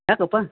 ಯಾಕಪ್ಪ